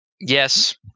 Yes